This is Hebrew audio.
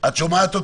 את שומעת אותי?